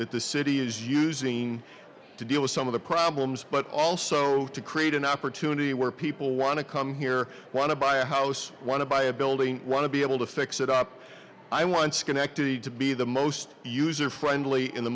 that the city is using to deal with some of the problems but also to create an opportunity where people want to come here want to buy a house want to buy a building want to be able to fix it up i want schenectady to be the most user friendly in the